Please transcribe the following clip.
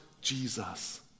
Jesus